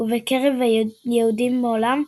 ובקרב יהודים בעולם,